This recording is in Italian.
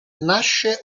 nasce